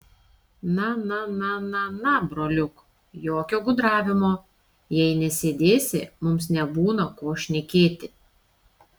na na na na na broliuk jokio gudravimo jei nesėdėsi mums nebūna ko šnekėti